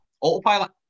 autopilot